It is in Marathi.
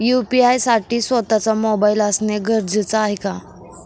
यू.पी.आय साठी स्वत:चा मोबाईल असणे गरजेचे आहे का?